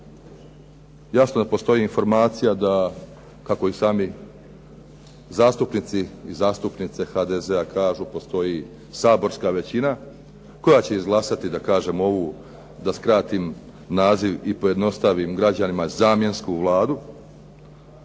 jasno da postoji informacija da kako i sami zastupnici i zastupnice HDZ-a kažu postoji saborska većina koja će izglasati da kažem ovu da skratim naziv i pojednostavim građanima zamjensku Vladu